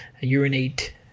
urinate